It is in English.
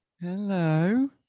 Hello